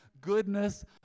goodness